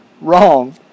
wrong